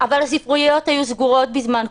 אבל הספריות היו סגורות בזמן קורונה,